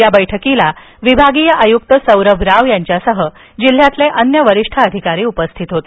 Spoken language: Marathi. या बैठकीला विभागीय आयुक्त सौरभ राव यांच्यासह जिल्ह्यातील अन्य वरिष्ठ अधिकारी उपस्थित होते